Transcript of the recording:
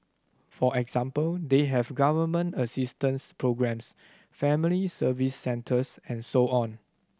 for example they have Government assistance programmes family Service Centres and so on